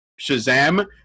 Shazam